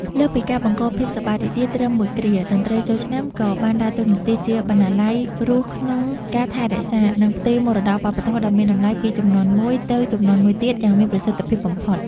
លើសពីការបង្កភាពសប្បាយរីករាយត្រឹមមួយគ្រា តន្ត្រីចូលឆ្នាំក៏បានដើរតួនាទីជាបណ្ណាល័យរស់ក្នុងការថែរក្សា និងផ្ទេរមរតកវប្បធម៌ដ៏មានតម្លៃពីជំនាន់មួយទៅជំនាន់មួយទៀតយ៉ាងមានប្រសិទ្ធភាពបំផុត។